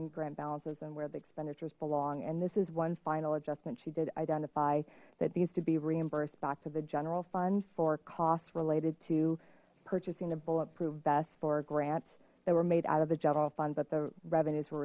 ing grant balances and where the expenditures belong and this is one final adjustment she did identify that these to be reimbursed back to the general fund for costs related to purchasing a bulletproof vest for a grant that were made out of the general fund but the revenues were